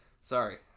sorry